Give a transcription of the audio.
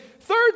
third